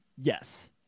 Yes